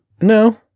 No